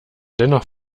dennoch